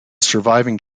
surviving